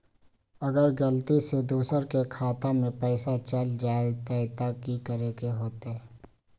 अगर गलती से दोसर के खाता में पैसा चल जताय त की करे के होतय?